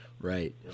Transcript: Right